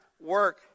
Work